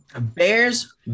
Bears